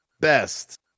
Best